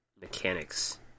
mechanics